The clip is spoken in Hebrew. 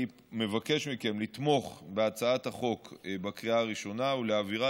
אני מבקש מכם לתמוך בהצעת החוק בקריאה הראשונה ולהעבירה